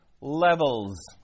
levels